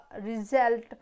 result